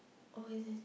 oh is it